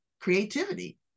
creativity